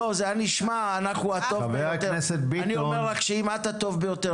לא, זה היה נשמע, אנחנו הטוב ביותר.